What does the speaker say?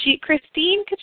Christine